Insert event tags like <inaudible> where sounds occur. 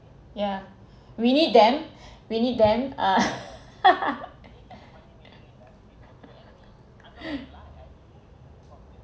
yeah we need them we need them uh <laughs> <breath>